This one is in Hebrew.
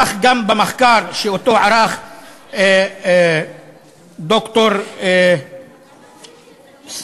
כך גם במחקר שערך ד"ר סאמי